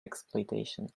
exploitation